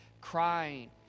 crying